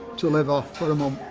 to live off, for a month.